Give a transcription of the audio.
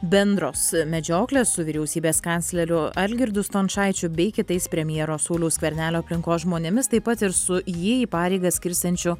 bendros medžioklės su vyriausybės kancleriu algirdu stončaičiu bei kitais premjero sauliaus skvernelio aplinkos žmonėmis taip pat ir su jį į pareigas skirsiančiu